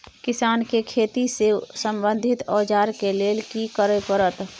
किसान के खेती से संबंधित औजार के लेल की करय परत?